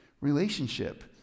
relationship